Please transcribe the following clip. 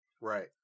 Right